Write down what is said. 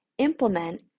Implement